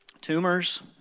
tumors